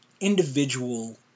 individual